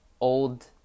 old